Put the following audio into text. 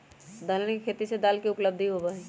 दलहन के खेती से दाल के उपलब्धि होबा हई